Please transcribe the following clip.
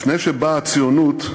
לפני שבאה הציונות,